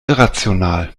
irrational